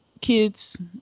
kids